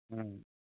ꯎꯝ